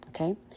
Okay